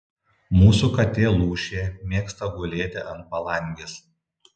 mūsų katė lūšė mėgsta gulėti ant palangės